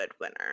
winner